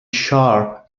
sharp